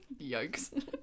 Yikes